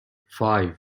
five